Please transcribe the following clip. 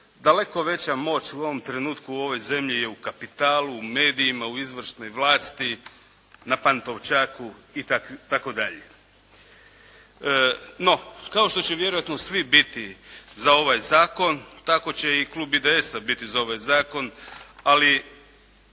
daleko veća moć u ovom trenutku u ovoj zemlji je u kapitalu, u medijima, u izvršnoj vlasti, na Pantovčaku itd. No, kao što će vjerojatno svi biti za ovaj zakon, tako će i klub IDS-a biti za ovaj zakon, ali